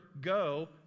go